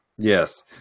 Yes